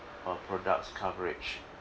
uh products coverage